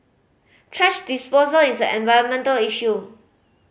thrash disposal is an environmental issue